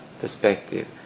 perspective